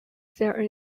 there